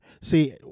See